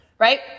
right